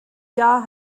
jahr